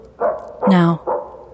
Now